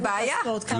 הבעיה באישור ועדת החוקה?